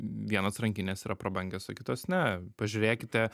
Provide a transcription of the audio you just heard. vienos rankinės yra prabangios o kitos ne pažiūrėkite